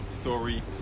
story